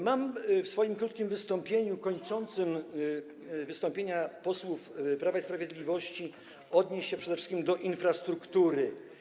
Mam w swoim krótkim wystąpieniu kończącym wystąpienia posłów Prawa i Sprawiedliwości odnieść się przede wszystkim do kwestii infrastruktury.